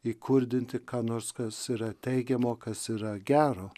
įkurdinti ką nors kas yra teigiamo kas yra gero